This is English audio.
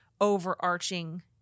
overarching